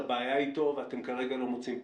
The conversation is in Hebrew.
בעיה איתו ואתם כרגע לא מוצאים פתרון.